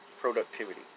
productivity